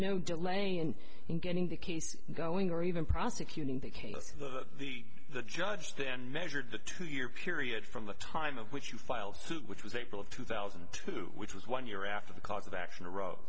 no delay in getting the case going or even prosecuting the case so the the judge then measured the two year period from the time of which you filed suit which was april of two thousand and two which was one year after the cause of action aro